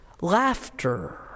Laughter